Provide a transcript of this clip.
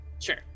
Sure